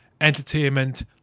entertainment